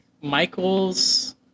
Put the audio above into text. Michael's